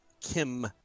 Kim